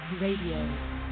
Radio